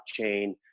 blockchain